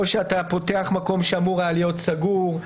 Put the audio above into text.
או שאתה פותח מקום שהיה אמור להיות סגור,